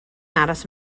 aros